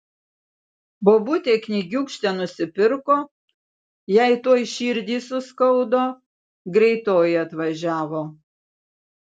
bobutė knygiūkštę nusipirko jai tuoj širdį suskaudo greitoji atvažiavo